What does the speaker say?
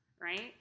right